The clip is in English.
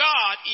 God